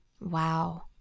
wow